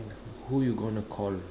who you gonna call